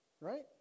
Right